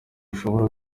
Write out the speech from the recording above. ushobora